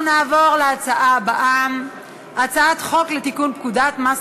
אנחנו נעבור להצעה הבאה: הצעת חוק לתיקון פקודת מס